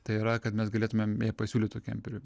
tai yra kad mes galėtumėm jai pasiūlyt tų kemperių